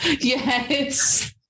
yes